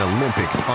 Olympics